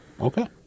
Okay